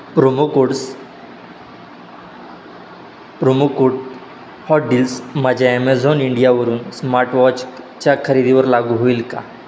promo codes promo code hot deals माझ्या Amazon इंडियावरून स्मार्टवॉचच्या खरेदीवर लागू होईल का